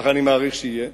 ככה אני מעריך שיהיה.